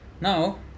Now